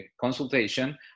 consultation